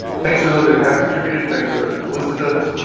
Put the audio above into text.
thanks for those that have contributed. thanks for those listed us.